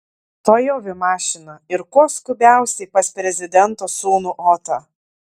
tuojau į mašiną ir kuo skubiausiai pas prezidento sūnų otą